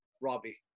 Robbie